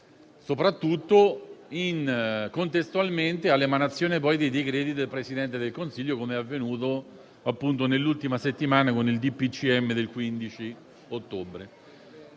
soprattutto contestualmente all'emanazione dei decreti del Presidente del Consiglio, come è avvenuto nell'ultima settimana con il decreto del